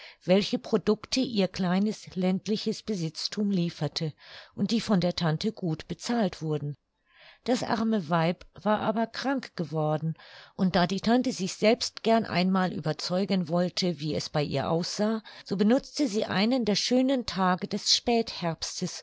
welche produkte ihr kleines ländliches besitzthum lieferte und die von der tante gut bezahlt wurden das arme weib war aber krank geworden und da die tante sich selbst gern einmal überzeugen wollte wie es bei ihr aussah so benutzte sie einen der schönen tage des spätherbstes